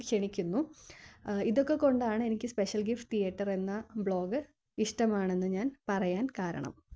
ക്ഷണിക്കുന്നു ഇതൊക്കെക്കൊണ്ടാണ് എനിക്ക് സ്പെഷ്യൽ ഗിഫ്റ്റ് തിയേറ്ററെന്ന ബ്ലോഗ് ഇഷ്ടമാണെന്ന് ഞാൻ പറയാൻ കാരണം